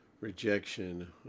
rejection